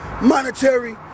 monetary